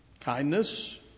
Kindness